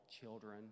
children